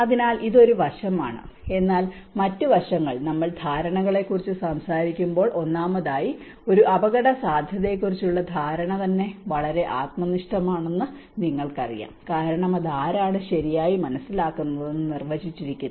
അതിനാൽ ഇത് ഒരു വശമാണ് എന്നാൽ മറ്റ് വശങ്ങൾ നമ്മൾ ധാരണകളെക്കുറിച്ച് സംസാരിക്കുമ്പോൾ ഒന്നാമതായി ഒരു അപകടസാധ്യതയെക്കുറിച്ചുള്ള ധാരണ തന്നെ വളരെ ആത്മനിഷ്ഠമാണെന്ന് നിങ്ങൾക്കറിയാം കാരണം അത് ആരാണ് ശരിയായി മനസ്സിലാക്കുന്നതെന്ന് നിർവചിച്ചിരിക്കുന്നു